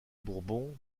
bourbon